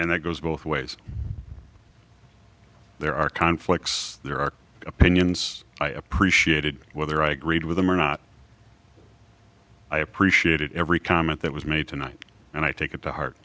that goes both ways there are conflicts there are opinions i appreciated whether i agreed with them or not i appreciated every comment that was made tonight and i take it to heart